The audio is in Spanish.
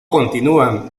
continúan